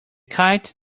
kite